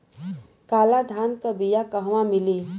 काला धान क बिया कहवा मिली?